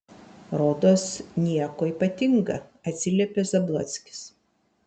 rodos nieko ypatinga atsiliepė zablockis